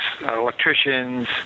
electricians